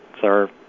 sir